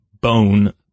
bone